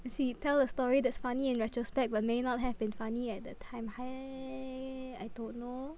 let's see tell a story that's funny in retrospect but may not have been funny at that time eh I don't know